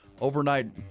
overnight